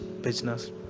business